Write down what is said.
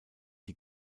die